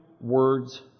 words